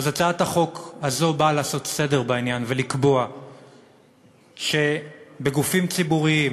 אז הצעת החוק הזאת באה לעשות סדר בעניין ולקבוע שבגופים ציבוריים,